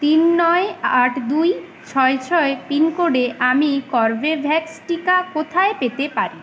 তিন নয় আট দুই ছয় ছয় পিনকোডে আমি কর্বেভ্যাক্স টিকা কোথায় পেতে পারি